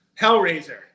Hellraiser